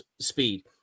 speed